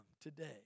today